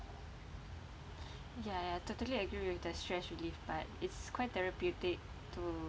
ya ya totally agree with the stress relief part it's quite therapeutic to